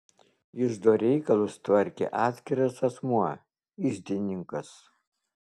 iždo reikalus tvarkė atskiras asmuo iždininkas